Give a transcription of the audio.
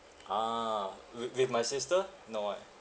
a'ah with with my sister no right